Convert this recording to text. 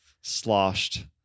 sloshed